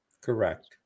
Correct